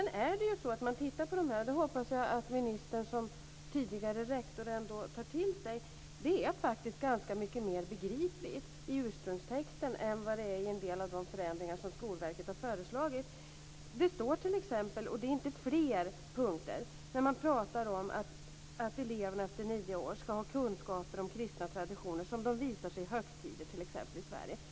När man tittar på detta hoppas jag att ministern som tidigare rektor tar till sig att det faktiskt är mycket mer begripligt i ursprungstexten än i en del av de förändringar som Skolverket har föreslagit. Det står t.ex. - det är inte fler punkter - att eleverna efter nio år ska ha kunskaper om kristna traditioner som de visar sig vid högtider i Sverige.